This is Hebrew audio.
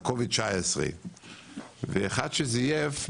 אחד שזייף,